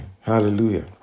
Hallelujah